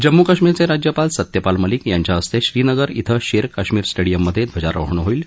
जम्मू काश्मीरचजिज्यपाल सत्यपाल मलिक यांच्याहस्ता श्रीनगर इथं शा काश्मीर स्टरिक्यममध्याक्विजारोहण होईल